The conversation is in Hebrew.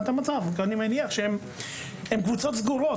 מניח שהם קבוצות סגורות.